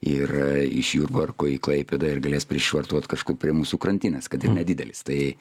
ir iš jurbarko į klaipėdą ir galės prisišvartuot kažkur prie mūsų krantinės kad ir nedidelis tai